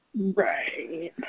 Right